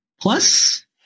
plus